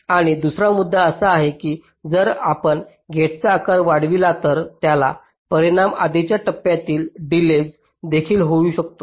आणि दुसरा मुद्दा असा आहे की जर आपण गेटचा आकार वाढविला तर त्याचा परिणाम आधीच्या टप्प्यातील डिलेज देखील होऊ शकतो